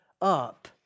up